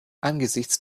angesichts